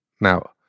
Now